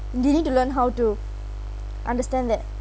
they need to learn how to understand that